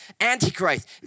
Antichrist